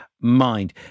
Mind